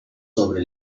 sobre